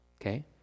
okay